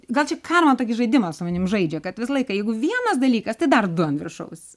gal čia karma tokį žaidimą su manim žaidžia kad visą laiką jeigu vienas dalykas tai dar du ant viršaus